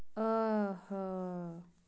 آہا